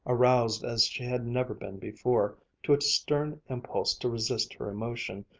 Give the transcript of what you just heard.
aroused as she had never been before to a stern impulse to resist her emotion,